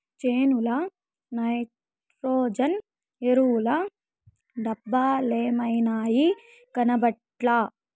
చేనుల నైట్రోజన్ ఎరువుల డబ్బలేమైనాయి, కనబట్లా